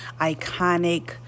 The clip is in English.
iconic